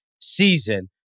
season